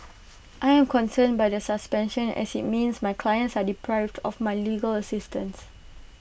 I am concerned by the suspension as IT means my clients are deprived of my legal assistance